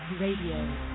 RADIO